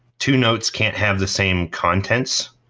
two notes can't have the same contents,